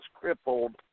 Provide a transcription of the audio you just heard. crippled